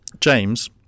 James